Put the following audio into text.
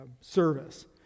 service